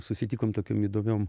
susitikom tokiom įdomiom